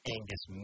Angus